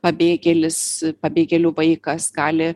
pabėgėlis pabėgėlių vaikas gali